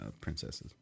princesses